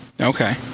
Okay